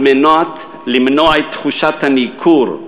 כדי למנוע את תחושת הניכור,